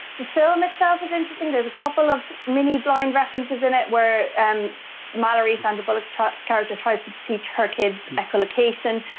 the film, itself, is interesting, there's a couple of mini blind references in it where and malorie sandra bullock's character, tries to teach her kids echolocation.